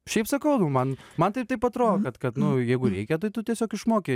šiaip sakau nu man man tai taip atrodo kad kad nu jeigu reikia tai tu tiesiog išmoki